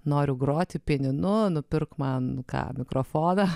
noriu groti pianinu nupirk man ką mikrofoną